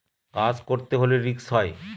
কাজ করতে হলে রিস্ক হয়